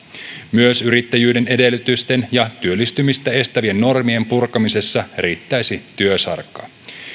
myös yrittäjyyden edellytysten ja työllistymistä estävien normien purkamisessa riittäisi työsarkaa